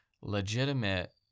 legitimate